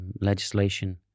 legislation